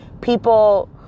people